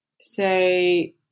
say